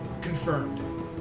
Confirmed